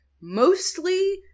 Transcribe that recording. mostly